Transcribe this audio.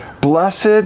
blessed